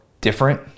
different